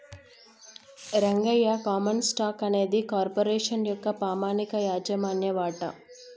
Rangayya common stock అనేది corporation యొక్క పామనిక యాజమాన్య వాట